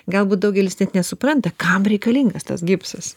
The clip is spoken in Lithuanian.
galbūt daugelis net nesupranta kam reikalingas tas gipsas